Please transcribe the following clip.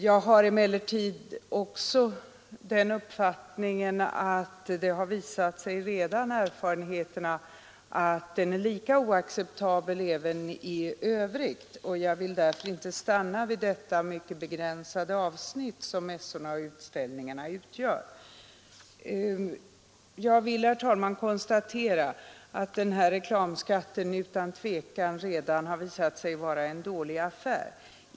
Jag har emellertid också den uppfattningen att erfarenheterna redan har visat att reglerna även i övrigt är lika oacceptabla. Jag vill därför inte stanna vid det mycket begränsade avsnitt som mässor och utställningar utgör. Reklamskatten har utan tvivel redan visat sig vara en mycket dålig affär.